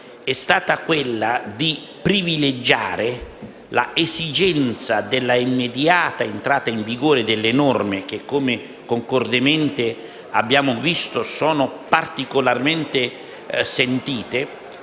è stata di privilegiare l'esigenza dell'immediata entrata in vigore delle norme che, come concordemente abbiamo visto, è particolarmente sentita,